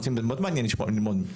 מאוד מעניין ללמוד.